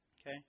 Okay